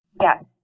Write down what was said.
Yes